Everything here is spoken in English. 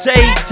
Take